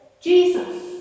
Jesus